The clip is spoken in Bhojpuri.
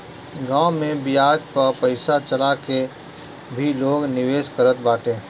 गांव में बियाज पअ पईसा चला के भी लोग निवेश करत बाटे